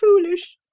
foolish